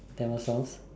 Tamil songs